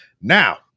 Now